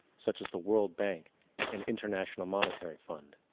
such as the world bank and international monetary fund